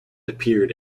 appeared